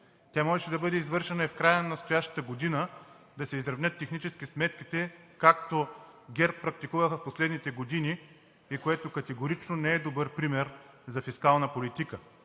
Тя можеше да бъде извършена и в края на настоящата година – да се изравнят технически сметките, както ГЕРБ практикуваха в последните години, което категорично не е добър пример за фискална политика,